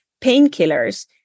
painkillers